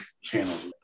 channels